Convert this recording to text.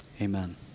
amen